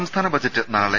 സംസ്ഥാന ബജറ്റ് നാളെ